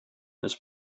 this